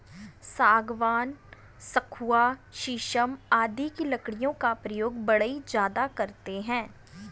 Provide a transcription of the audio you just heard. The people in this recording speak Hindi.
सागवान, सखुआ शीशम आदि की लकड़ियों का प्रयोग बढ़ई ज्यादा करते हैं